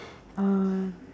uh